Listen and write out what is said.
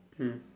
mm